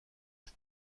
cet